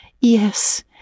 Yes